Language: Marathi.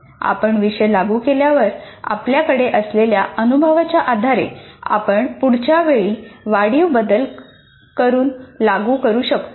आपण विषय लागू केल्यावर आपल्याकडे असलेल्या अनुभवाच्या आधारे आपण पुढच्या वेळी वाढीव बदल करुन लागू करू शकता